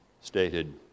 stated